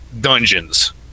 dungeons